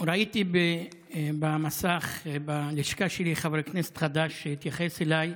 ראיתי במסך בלשכה שלי חבר כנסת חדש שהתייחס אליי.